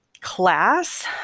class